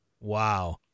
Wow